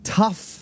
tough